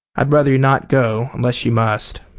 i'd rather you'd not go unless you must.